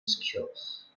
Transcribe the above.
skills